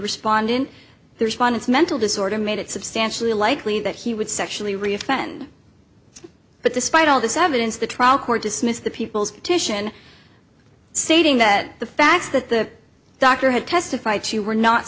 respondent there is one it's mental disorder made it substantially likely that he would sexually reoffend but despite all this evidence the trial court dismissed the people's petition sating that the facts that the doctor had testified to were not